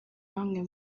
bamwe